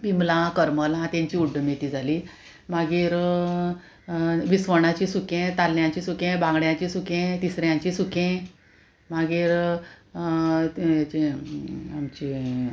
बिमलां करमलां तेंची उड्डमेती जाली मागीर विसवणाची सुकें ताल्ल्याचें सुकें बांगड्यांची सुकें तिसऱ्यांची सुकें मागीर तें हेचें आमचे